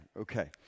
okay